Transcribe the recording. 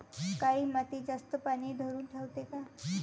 काळी माती जास्त पानी धरुन ठेवते का?